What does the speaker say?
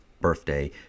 birthday